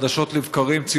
חדשות לבקרים,